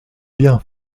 bien